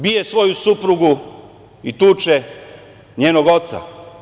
Ko bije svoju suprugu i tuče njenog oca?